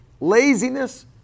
laziness